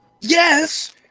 Yes